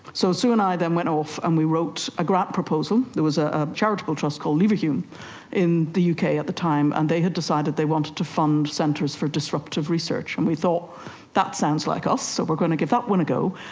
so sue and i then went off and we wrote a grant proposal, there was ah a charitable trust called leverhulme in the uk at the time and they had decided they wanted to fund centres for disruptive research, and we thought that sounds like us, so we're going to give that one a go.